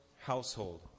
household